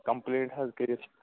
complaint حظ کٔرِتھ